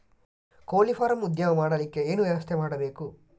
ಕೋಳಿ ಫಾರಂ ಉದ್ಯಮ ಮಾಡಲಿಕ್ಕೆ ಏನು ವ್ಯವಸ್ಥೆ ಮಾಡಬೇಕು?